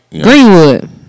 Greenwood